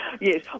Yes